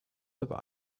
have